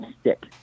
stick